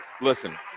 Listen